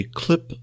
clip